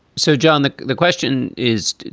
so, john, the the question is,